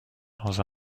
dans